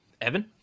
Evan